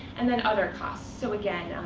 and then other costs so again,